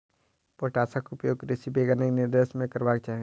पोटासक उपयोग कृषि वैज्ञानिकक निर्देशन मे करबाक चाही